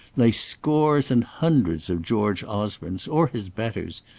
lay scores and hundreds of george osbornes, or his betters,